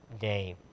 day